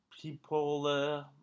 people